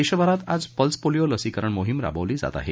देशभरात आज pulse polio लसीकरण मोहीम राबवली जात आहे